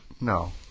No